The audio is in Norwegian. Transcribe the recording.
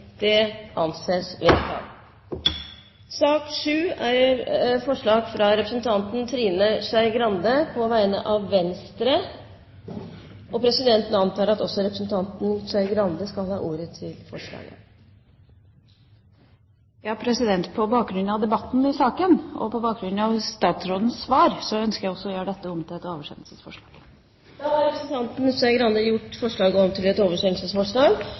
Presidenten antar at også representanten Trine Skei Grande skal ha ordet til forslaget. På bakgrunn av debatten i saken og på bakgrunn av statsrådens svar ønsker jeg å gjøre dette forslaget om til et oversendelsesforslag. Da har representanten Skei Grande gjort forslaget om til